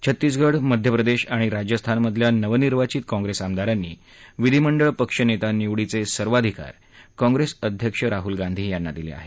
छत्तीसगढ मध्यप्रदेश आणि राजस्थान मधल्या नवनिर्वाचीत काँप्रेस आमदारांनी विधिमंडळ पक्ष नेता निवडीचे सर्वाधिकार काँप्रेस अध्यक्ष राहल गांधी यांना दिले आहेत